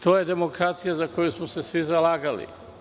To je demokratija za koju smo se svi zalagali.